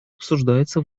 обсуждается